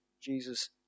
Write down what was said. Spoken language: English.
Jesus